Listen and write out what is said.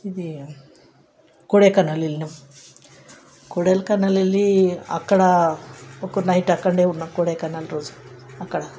ఇది కొడైకెనాల్ వెళ్ళినాం కొడైకెనాల్ వెళ్ళి అక్కడ ఒక నైట్ అక్కడ ఉన్నాం కొడైకెనాల్ రోజు అక్కడ